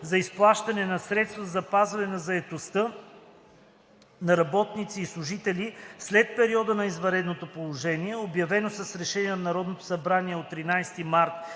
за изплащане на средства за запазване на заетостта на работници и служители след периода на извънредното положение, обявено с решение на Народното събрание от 13 март